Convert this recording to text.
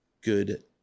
good